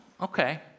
Okay